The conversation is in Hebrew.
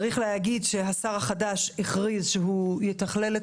צריך להגיד שהשר החדש הכריז שהוא יתכלל את